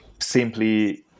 simply